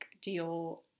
Dior